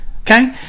Okay